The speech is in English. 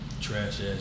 Trash-ass